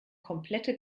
komplette